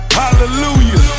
hallelujah